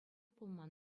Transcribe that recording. пулман